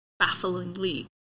bafflingly